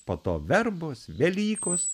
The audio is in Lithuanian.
po to verbos velykos